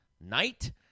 night